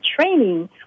training